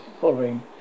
following